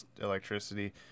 Electricity